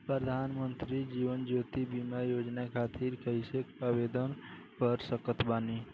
प्रधानमंत्री जीवन ज्योति बीमा योजना खातिर कैसे आवेदन कर सकत बानी?